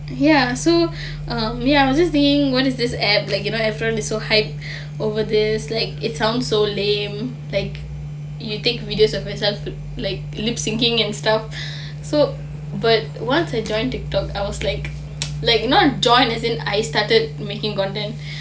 ya so err ya I was just being what is this application like you know everyone is so hype over this like it sounds so lame like you take videos of yourself like lip syncing and stuff so but once I joined TikTok I was like like not join as in I started making content